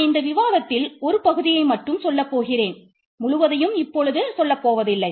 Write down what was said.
நான் இந்த விவாதத்தில் ஒரு பகுதியை மட்டும் சொல்லப்போகிறேன் முழுவதையும் இப்பொழுது சொல்லப்போவதில்லை